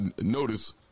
notice